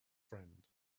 friend